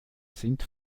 sind